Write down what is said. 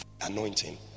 anointing